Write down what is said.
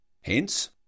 Hence